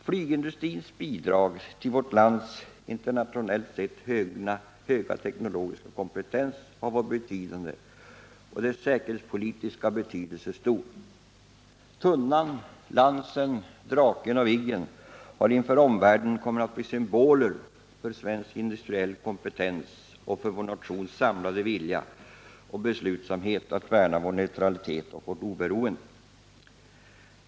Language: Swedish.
Flygindustrins bidrag till vårt lands internationellt sett höga teknologiska kompetens har varit betydande, och dess säkerhetspolitiska betydelse stor. Tunnan, Lansen, Draken och Viggen har inför omvärlden kommit att bli symboler för svensk industriell kompetens och för vår nations samlade vilja och beslutsamhet att värna vår neutralitet och vårt oberoende.